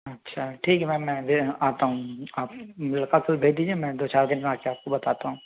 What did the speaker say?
अच्छा ठीक है मैम मैं दे आता हूँ आप लड़के को भेज दीजिए मैं दो चार दिन में आ कर आपको बताता हूँ